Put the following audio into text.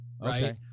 Right